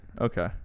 Okay